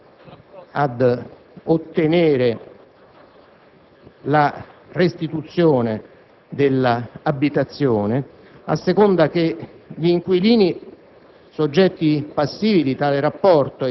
di un diritto a ottenere la restituzione dell'abitazione a seconda che gli inquilini